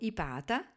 Ipata